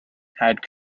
had